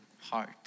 heart